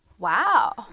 Wow